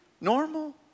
Normal